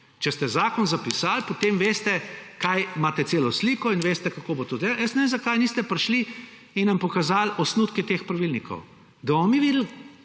če ste zakon zapisali, potem imate celo sliko in veste, kako bo to delovalo –, jaz ne vem, zakaj niste prišli in nam pokazali osnutke teh pravilnikov, da bomo mi videli,